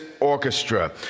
orchestra